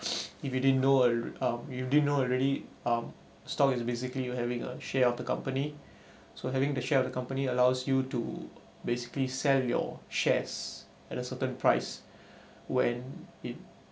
if you didn't know I'll uh you did know already um stock is basically you having a share of the company so having the share of the company allows you to basically sell your shares at a certain price when it